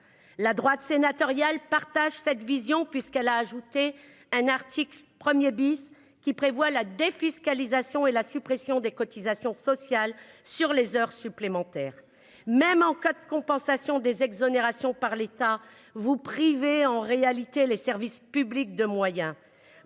La droite sénatoriale partage cette vision, puisqu'elle a introduit dans le texte un article 1 qui prévoit la défiscalisation et la suppression des cotisations sociales sur les heures supplémentaires. Même en cas de compensation des exonérations par l'État, vous privez en réalité les services publics de moyens.